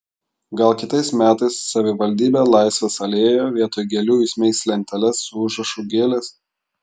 gal kitais metais savivaldybė laisvės alėjoje vietoj gėlių įsmeigs lenteles su užrašu gėlės